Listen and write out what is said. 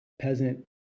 peasant